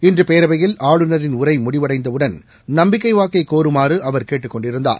இன்று பேரவையில் ஆளுநரின் உரை முடிவடைந்தவுடன் நம்பிக்கை வாக்கை கோருமாறு அவர் கேட்டுக்கொண்டிருந்தார்